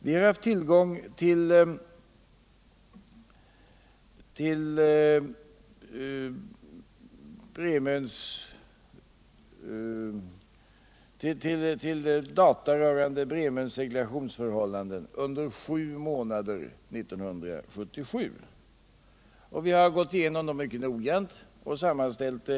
Vi har haft tillgång till data rörande Bremöns seglationsförhållanden under sju månader 1977, och vi har gått igenom dem mycket noggrant och sammanställt dem.